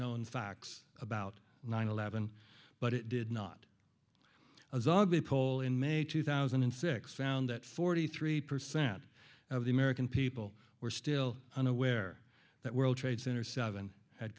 known facts about nine eleven but it did not as ugly poll in may two thousand and six found that forty three percent of the american people were still unaware that world trade center seven had